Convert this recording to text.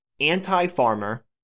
anti-farmer